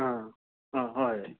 ꯑꯥ ꯑꯥ ꯍꯣꯏ